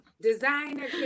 designer